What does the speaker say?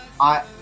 I-